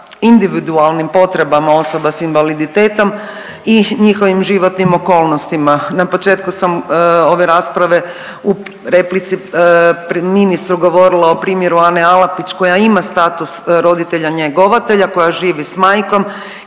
individualnim potrebama osoba s invaliditetom i njihovim životnim okolnostima. Na početku sam ove rasprave u replici pred ministrom govorila o primjeru Ane Alapić koja ima status roditelja njegovatelja koja živi s majkom